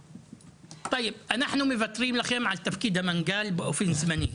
אנחנו מוותרים לכם על תפקיד המנכ"ל באופן זמני,